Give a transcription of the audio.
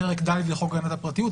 פרק ד' לחוק הגנת הפרטיות.